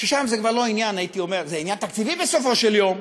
שם זה עניין תקציבי, בסופו של דבר,